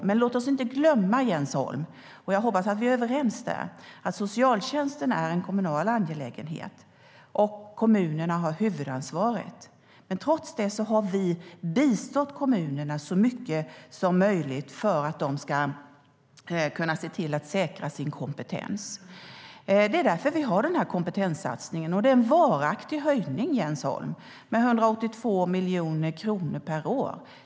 Men låt oss inte glömma, Jens Holm, att socialtjänsten är en kommunal angelägenhet. Jag hoppas att vi är överens om detta. Kommunerna har huvudansvaret. Trots det har vi bistått kommunerna så mycket som möjligt för att de ska kunna se till att säkra sin kompetens. Det är därför vi har denna kompetenssatsning. Det är en varaktig höjning, Jens Holm, med 182 miljoner kronor per år.